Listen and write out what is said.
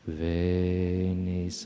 veni